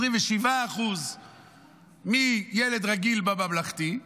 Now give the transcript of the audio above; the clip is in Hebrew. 27% מילד רגיל בממלכתי,